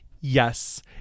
Yes